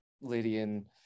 Lydian